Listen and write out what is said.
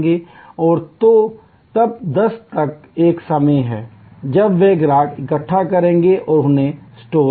तो तक 10 तक एक समय है जब वे ग्राहक इकट्ठा करेंगे और उन्हें स्टोर करेंगे